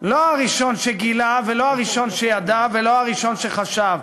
לא הראשון שגילה ולא הראשון שידע ולא הראשון שחשב,